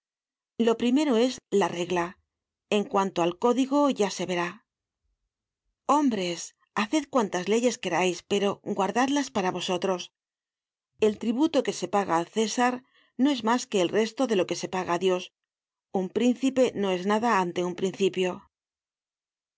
lo primero es la regla en cuanto al código ya se verá hombres haced cuantas leyes querais pero guardadlas para vosotros el tributo que se paga al césar no es mas que el resto de lo que se paga á dios un príncipe no es nada ante un principio